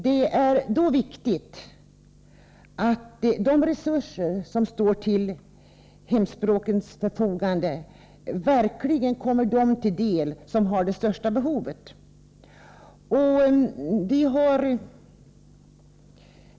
Det är viktigt att de resurser som står till hemspråkens förfogande verkligen kommer dem till del som har det största behovet.